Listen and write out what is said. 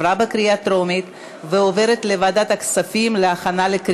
לוועדת הכספים נתקבלה.